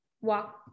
walk